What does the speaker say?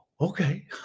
okay